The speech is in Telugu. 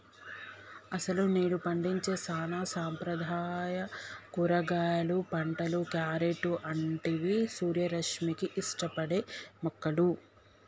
అసలు నేడు పండించే సానా సాంప్రదాయ కూరగాయలు పంటలు, క్యారెట్లు అంటివి సూర్యరశ్మిని ఇష్టపడే మొక్కలు